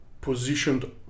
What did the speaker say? positioned